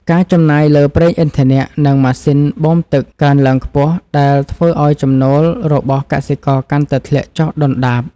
ការចំណាយលើប្រេងឥន្ធនៈ និងម៉ាស៊ីនបូមទឹកកើនឡើងខ្ពស់ដែលធ្វើឱ្យចំណូលរបស់កសិករកាន់តែធ្លាក់ចុះដុនដាប។